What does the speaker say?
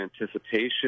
anticipation